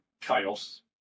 chaos